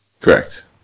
Correct